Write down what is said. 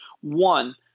One